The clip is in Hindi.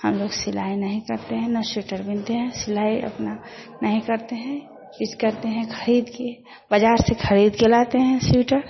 हम लोग सिलाई नहीं करते हैं ना स्वीटर बिनते हैं सिलाई अपना नहीं करते हैं इस करते हैं ख़रीदकर बाज़ार से ख़रीदकर लाते हैं स्वीटर